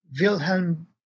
Wilhelm